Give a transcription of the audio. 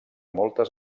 moltes